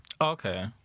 Okay